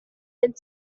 and